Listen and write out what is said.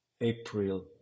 april